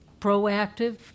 proactive